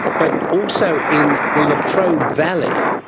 but also in the latrobe valley.